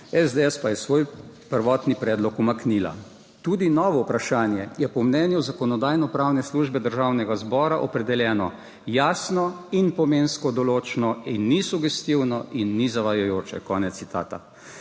SDS pa je svoj prvotni predlog umaknila. Tudi novo vprašanje je po mnenju Zakonodajno-pravne službe Državnega zbora opredeljeno jasno in pomensko določno in ni sugestivno in ni zavajajoče,